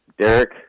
Derek